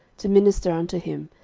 to minister unto him,